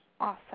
Awesome